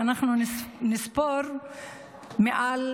ואנחנו נספור מעל